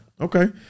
Okay